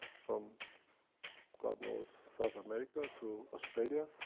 from god knows, south america to australia,